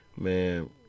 Man